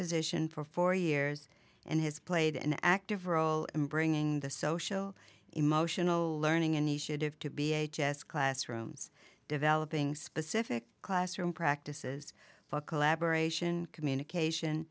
position for four years and has played an active role in bringing the social emotional learning initiative to be h s classrooms developing specific classroom practices focal abberation communication